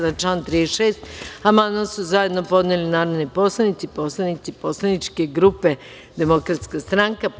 Na član 36. amandman su zajedno podneli poslanici Poslaničke grupe Demokratska stranka.